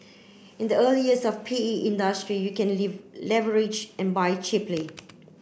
in the early years of the P E industry you can leave leverage and buy cheaply